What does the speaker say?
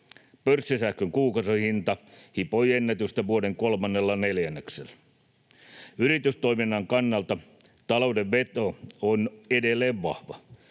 Pörssisähkön kuukausihinta hipoi ennätystä vuoden kolmannella neljänneksellä. Yritystoiminnan kannalta talouden veto on edelleen vahva.